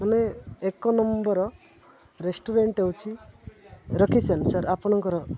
ମାନେ ଏକ number restaurant ହେଉଛିି ରଖିସନ୍ ସାର୍ ଆପଣଙ୍କର